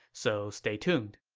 so stay tuned